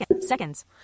Seconds